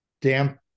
damp